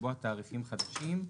לקבוע תעריפים חדשים,